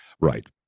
Right